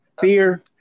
Fear